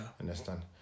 Understand